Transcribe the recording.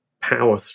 power